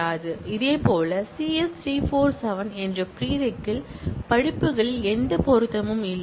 இதேபோல் C S 347 என்ற ப்ரீரெக்கில் படிப்புகளில் எந்த பொருத்தமும் இல்லை